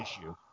issue